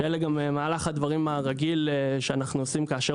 שזה גם מהלך הדברים הרגיל שאנחנו עושים כאשר